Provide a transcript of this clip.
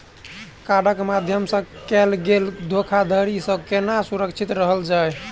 कार्डक माध्यम सँ कैल गेल धोखाधड़ी सँ केना सुरक्षित रहल जाए?